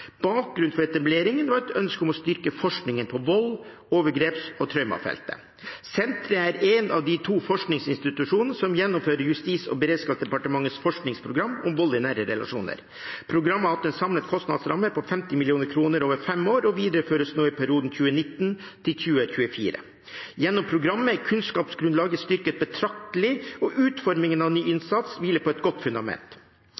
Bakgrunnen for etableringen var et ønske om å styrke forskningen på volds-, overgreps- og traumefeltet. Senteret er én av de to forskningsinstitusjonene som gjennomfører Justis- og beredskapsdepartementets forskningsprogram om vold i nære relasjoner. Programmet har hatt en samlet kostnadsramme på 50 mill. kr over fem år og videreføres i perioden 2019–2024. Gjennom programmet er kunnskapsgrunnlaget styrket betraktelig, og utformingen av ny